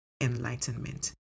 enlightenment